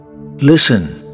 Listen